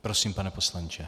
Prosím, pane poslanče.